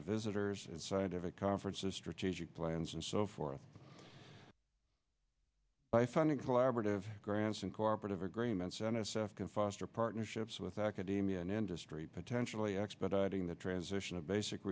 of visitors scientific conferences strategic plans and so forth by funding collaborative grants and cooperative agreements n s f can foster partnerships with academia and industry potentially expediting the transition of basic